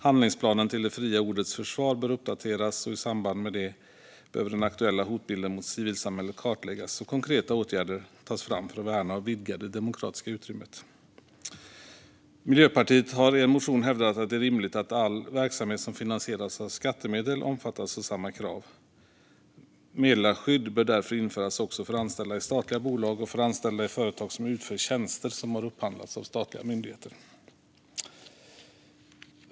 Handlingsplanen Till det fria ordets försvar bör uppdateras, och i samband med det behöver den aktuella hotbilden mot civilsamhället kartläggas och konkreta åtgärder tas fram för att värna och vidga det demokratiska utrymmet. Miljöpartiet har i en motion hävdat att det är rimligt att all verksamhet som finansieras av skattemedel omfattas av samma krav. Meddelarskydd bör därför införas också för anställda i statliga bolag och för anställda i företag som utför tjänster som har upphandlats av statliga myndigheter.